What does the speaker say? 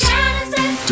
Genesis